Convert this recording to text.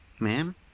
Ma'am